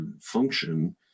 function